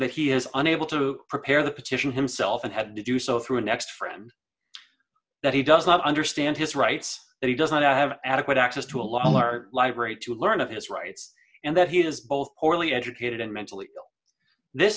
that he is unable to prepare the petition himself and had to do so through next friend that he does not understand his rights that he doesn't have adequate access to a large library to learn of his rights and that he has both orally educated and mentally ill this